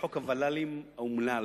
להזכיר לך, בתקופת בואם של העולים החדשים,